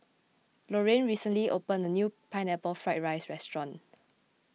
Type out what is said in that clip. Lorrayne recently opened a new Pineapple Fried Rice restaurant